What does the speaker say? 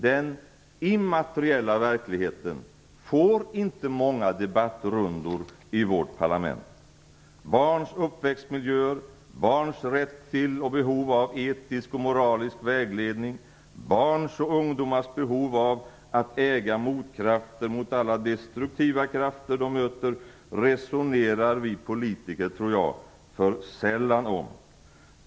Den immateriella verkligheten får inte många debattrundor i vårt parlament. Barns uppväxtmiljöer, barns rätt till och behov av etisk och moralisk vägledning, barns och ungdomars behov av att äga motkrafter mot alla destruktiva krafter de möter, resonerar vi politiker, tror jag, för sällan om.